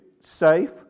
Safe